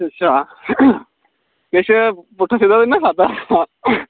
अच्छा किश पुट्ठा सिद्धा ते नेईं ना खाद्धा